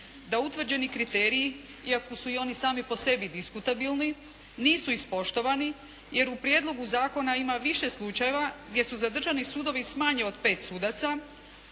da utvrđeni kriteriji iako su oni i sami po sebi diskutabilni nisu ispoštovani, jer u prijedlogu zakona ima više slučajeva gdje su zadržani sudovi s manje od 5 sudaca